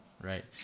right